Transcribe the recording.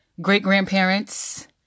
great-grandparents